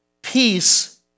Peace